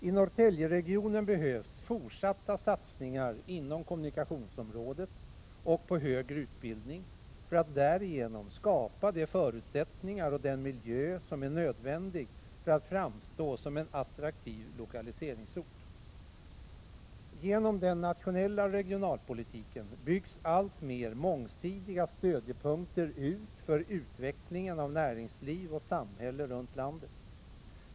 I Norrtäljeregionen behövs fortsatta satsningar inom kommunikationsområdet och på högre utbildning för att därigenom skapa de förutsättningar och den miljö som är nödvändiga för att en ort skall framstå som en attraktiv lokaliseringsort. Genom den nationella regionalpolitiken byggs alltmer mångsidiga stödjepunkter ut för utvecklingen av näringsliv och samhälle runt landet.